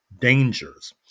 dangers